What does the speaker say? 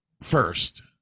first